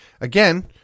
Again